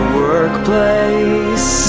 workplace